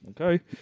Okay